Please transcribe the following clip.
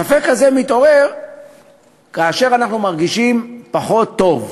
הספק הזה מתעורר כשאנחנו מרגישים פחות טוב.